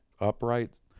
upright